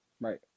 Right